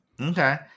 okay